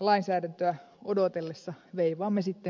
lainsäädäntöä odotellessa veivaamme sitten tätä